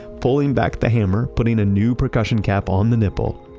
pulling back the hammer, putting a new percussion cap on the nipple,